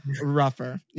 rougher